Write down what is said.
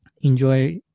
enjoy